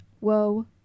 Whoa